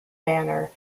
banner